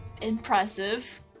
Impressive